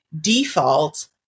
default